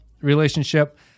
relationship